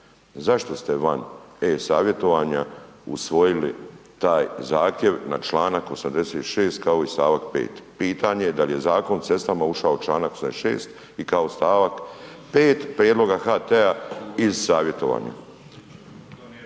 Zašto ste van e-Savjetovanja usvojili taj zahtjev na članak 86. kao i stavak 5. Pitanje da li je Zakon o cestama ušao članak 86. i kao stavak 5. prijedloga HT-a iz savjetovanja?